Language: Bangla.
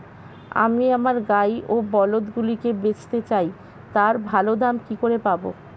আমি আমার গাই ও বলদগুলিকে বেঁচতে চাই, তার ভালো দাম কি করে পাবো?